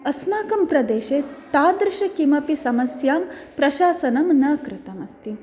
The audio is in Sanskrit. अस्माकं प्रदेशे तादृशं किमपि समस्या प्रशासनं न कृतमस्ति